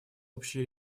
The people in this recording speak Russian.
общей